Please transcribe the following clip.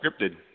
scripted